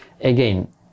again